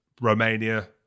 Romania